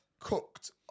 Cooked